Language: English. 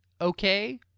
okay